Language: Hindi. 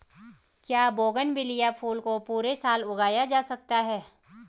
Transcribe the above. क्या बोगनविलिया फूल को पूरे साल उगाया जा सकता है?